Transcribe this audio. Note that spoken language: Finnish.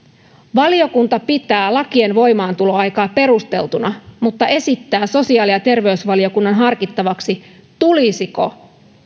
valiokunta pitää lakien voimaantuloaikaa perusteltuna mutta esittää sosiaali ja terveysvaliokunnan harkittavaksi tulisiko